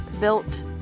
built